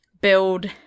build